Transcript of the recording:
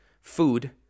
food